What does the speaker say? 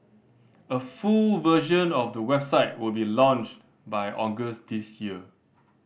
a full version of the website will be launched by August this year